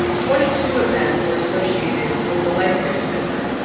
twenty two of them were associated with the life care center.